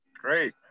Great